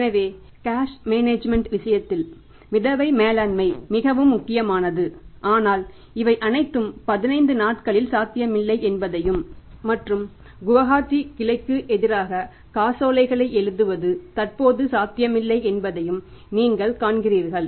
எனவே cash management ன் விஷயத்தில் மிதவை மேலாண்மை மிகவும் முக்கியமானது ஆனால் இவை அனைத்தும் 15 நாட்களில் சாத்தியமில்லை மற்றும் குவாஹாட்டி கிளைக்கு எதிராக காசோலைகளை எழுதுவது தற்போது சாத்தியமில்லை என்பதை நீங்கள் காண்கிறீர்கள்